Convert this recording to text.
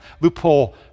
loophole